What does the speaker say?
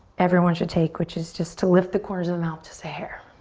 everyone should take, which is just to lift the corners of the mouth just a hair.